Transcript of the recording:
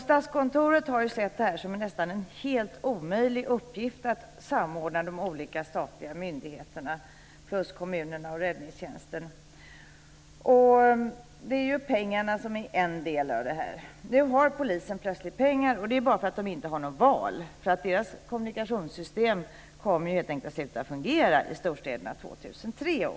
Statskontoret har ju sett det som en nästan helt omöjlig uppgift att samordna de olika statliga myndigheterna plus kommunerna och Räddningstjänsten. Pengarna är en del av det här. Nu har polisen plötsligt pengar. Det är bara för att man inte har något val. Polisens kommunikationssystem kommer helt enkelt att sluta fungera i storstäderna 2003.